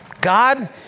God